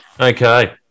Okay